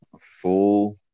Full